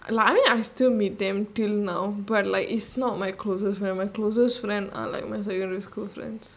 like I mean I still meet them till now but like it's not my closest my closest friends are like my secondary school friends